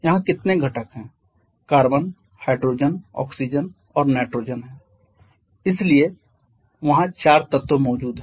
वहाँ कितने घटक हैं कार्बन हाइड्रोजन ऑक्सीजन और नाइट्रोजन हैं इसलिए वहां चार तत्व मौजूद हैं